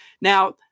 now